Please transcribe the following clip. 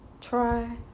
Try